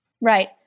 Right